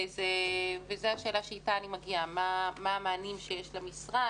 וזו השאלה שאיתה אני מגיעה, מה המענים שיש למשרד.